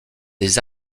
des